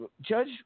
Judge